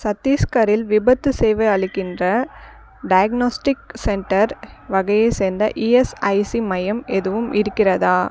சத்தீஸ்கரில் விபத்துச் சேவை அளிக்கின்ற டயக்னாஸ்டிக் சென்ட்டர் வகையைச் சேர்ந்த இஎஸ்ஐசி மையம் எதுவும் இருக்கிறதா